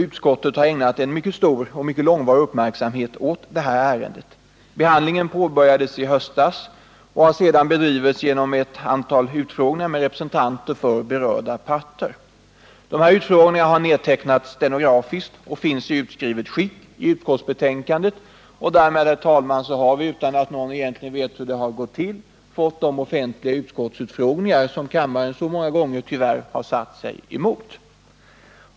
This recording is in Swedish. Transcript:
Utskottet har ägnat en mycket stor och långvarig uppmärksamhet åt detta ärende. Behandlingen påbörjades i höstas och har sedan bedrivits bl.a. genom ett antal utfrågningar med representanter för berörda parter. Dessa utfrågningar har nedtecknats stenografiskt och finns med i utskrivet skick i utskottsbetänkandet. Därmed har vi, herr talman, utan att någon egentligen vet hur det har gått till, delvis fått de offentliga utfrågningar som kammaren så många gånger tyvärr har satt sig emot.